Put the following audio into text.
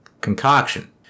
concoction